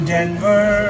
Denver